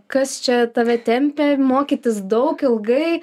kas čia tave tempia mokytis daug ilgai